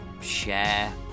share